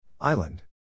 Island